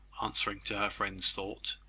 answering to her friend's thought.